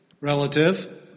relative